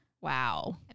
Wow